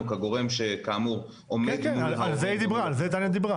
כגורם שכאמור עומד מול --- על זה תניה דיברה,